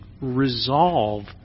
resolve